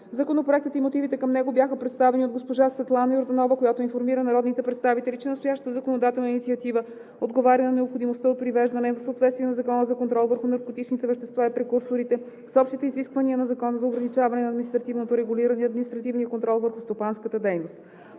Законопроектът и мотивите към него бяха представени от госпожа Светлана Йорданова, която информира народните представители, че настоящата законодателна инициатива отговаря на необходимостта от привеждане в съответствие на Закона за контрол върху наркотичните вещества и прекурсорите с общите изисквания на Закона за ограничаване на административното регулиране и административния контрол върху стопанската дейност,